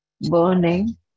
burning